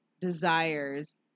desires